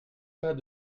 pas